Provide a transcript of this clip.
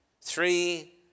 three